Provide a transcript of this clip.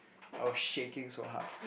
I was shaking so hard